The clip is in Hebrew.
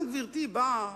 גם גברתי באה,